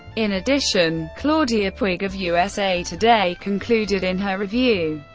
in addition, claudia puig of usa today concluded in her review,